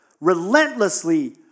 relentlessly